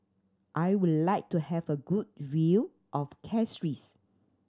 I would like to have a good view of Castries